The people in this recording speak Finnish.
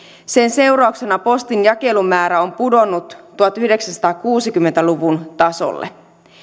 sen seurauksena postin jakelumäärä on pudonnut tuhatyhdeksänsataakuusikymmentä luvun tasolle